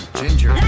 ginger